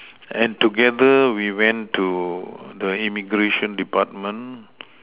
and together we went to the immigration department